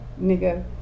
nigga